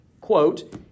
quote